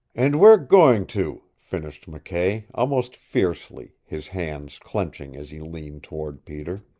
and we're going to, finished mckay, almost fiercely, his hands clenching as he leaned toward peter.